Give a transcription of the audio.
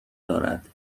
دارد